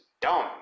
dumb